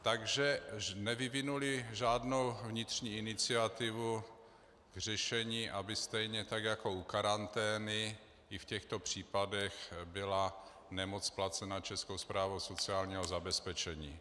Takže nevyvinuli žádnou vnitřní iniciativu k řešení, aby stejně tak jako u karantény, i v těchto případech byla nemoc placena Českou správou sociálního zabezpečení.